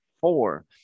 four